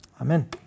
Amen